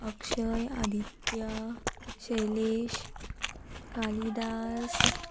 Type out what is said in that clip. Akshay Aditya Shailesh Kalidas